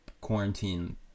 quarantine